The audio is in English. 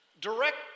direct